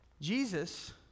Jesus